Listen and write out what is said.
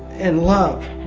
in love.